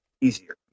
Easier